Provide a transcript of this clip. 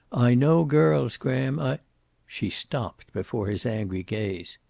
i know girls, graham. i she stopped, before his angry gaze.